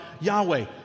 Yahweh